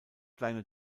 kleine